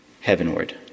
heavenward